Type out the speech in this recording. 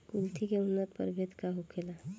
कुलथी के उन्नत प्रभेद का होखेला?